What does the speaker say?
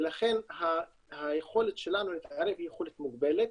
לכן היכולת שלנו להתערב היא יכולת מוגבלת,